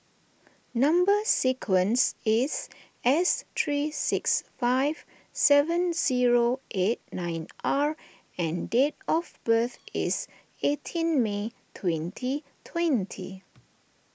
Number Sequence is S three six five seven zero eight nine R and date of birth is eighteen May twenty twenty